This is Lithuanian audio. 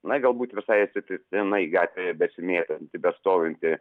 na galbūt visai atsitiktinai gatvėje besimėtantį bestovintį